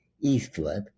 eastward